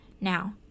Now